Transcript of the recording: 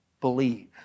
believe